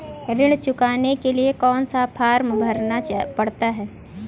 ऋण चुकाने के लिए कौन सा फॉर्म भरना पड़ता है?